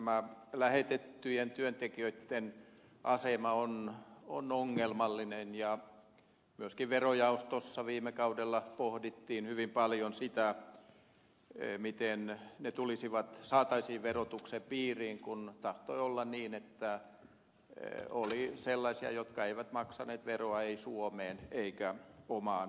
näiden lähetettyjen työntekijöitten asema on ongelmallinen ja myöskin verojaostossa viime kaudella pohdittiin hyvin paljon sitä miten heidät saataisiin verotuksen piiriin kun tahtoi olla niin että oli sellaisia jotka eivät maksaneet veroa suomeen eikä omaan maahansa